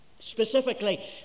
Specifically